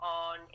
on